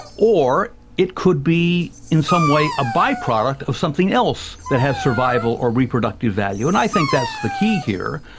or it could be in some way by-product of something else that has survival or reproductive value and i think that's the key here.